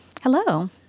Hello